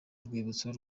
urwibutso